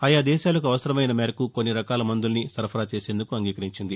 ఆయా దేశాలకు అవసరమైన మేరకు కొన్ని రకాల మందుల్ని సరఫరా చేసేందుకు అంగీకరించింది